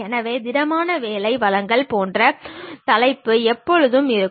எனவே திடமான வேலை வளங்கள் போன்ற தலைப்பு எப்போதும் இருக்கும்